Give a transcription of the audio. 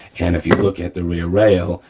and if you look at the rear rail,